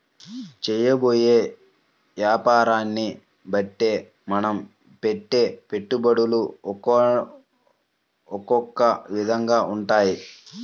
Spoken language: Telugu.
చేయబోయే యాపారాన్ని బట్టే మనం పెట్టే పెట్టుబడులు ఒకొక్క విధంగా ఉంటాయి